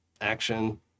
action